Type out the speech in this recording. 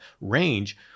range